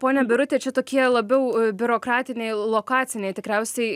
ponia birute čia tokie labiau biurokratiniai lokacinai tikriausiai